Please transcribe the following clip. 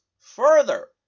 further